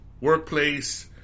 workplace